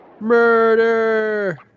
Murder